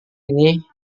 ini